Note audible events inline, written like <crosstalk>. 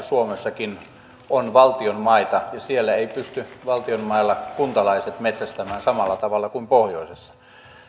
<unintelligible> suomessa on valtion maita ja siellä eivät pysty valtion mailla kuntalaiset metsästämään samalla tavalla kuin pohjoisessa